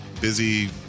busy